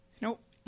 nope